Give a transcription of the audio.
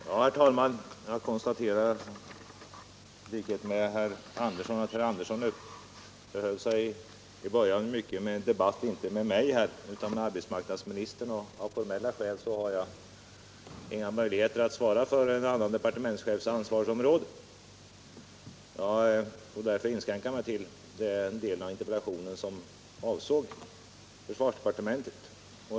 Herr talman! Jag konstaterar i likhet med herr Andersson själv att herr Andersson i början av sitt inlägg uppehöll sig mycket vid en debatt inte med mig utan med arbetsmarknadsministern. Av formella skäl har jag ingen möjlighet att svara för en annan departementschefs ansvarsområde. Jag får därför inskränka mig till den del av interpellationen som avsåg försvarsdepartementet.